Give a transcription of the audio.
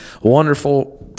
wonderful